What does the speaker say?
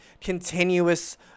continuous